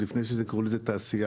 ועוד לפני שקראו לזה תעשייה.